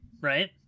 right